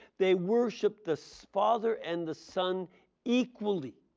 they worship the so father and the son equally.